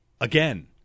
again